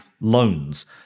loans